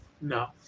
No